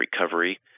recovery